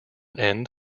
end